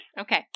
Okay